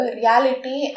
reality